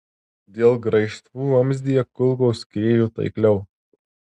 dėl graižtvų vamzdyje kulkos skriejo taikliau